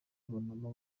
ubonamo